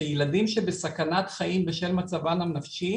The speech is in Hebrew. שילדים שבסכנת חיים בשל מצבם הנפשי